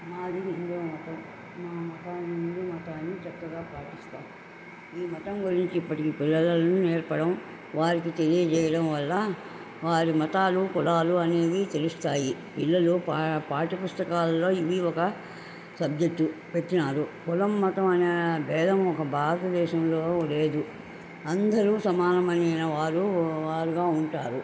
మాది హిందూ మతం మా మతాన్ని హిందూ మతాన్ని చక్కగా పాటిస్తాం ఈ మతం గురించి ఇప్పటి పిల్లలకి నేర్పడం వారికి తెలియజేయడం వల్ల వారి మతాలు కులాలు అనేవి తెలుస్తాయి పిల్లలు పా పాఠ్య పుస్తకాలలో ఇవి ఒక సబ్జెక్టు పెట్టినారు కులం మతం అనే భేదం ఒక భారతదేశంలో లేదు అందరు సమానమైన వారు వారుగా ఉంటారు